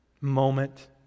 moment